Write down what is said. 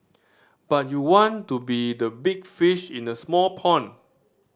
but you want to be the big fish in a small pond